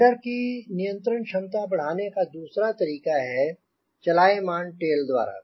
rudder की नियंत्रण क्षमता बढ़ाने का दूसरा तरीका है चलायमान टेल द्वारा